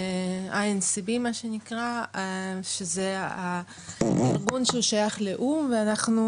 מה שנקרא INCB שזה הארגון ששייך לאו"ם ואנחנו